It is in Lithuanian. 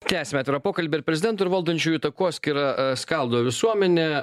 tęsime pokalbį ar prezidento ir valdančiųjų takoskyra skaldo visuomenę